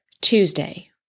Tuesday